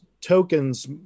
tokens